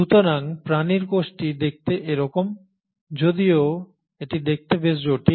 সুতরাং প্রাণীর কোষটি দেখতে এরকম যদিও এটি দেখতে বেশ জটিল